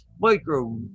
Micro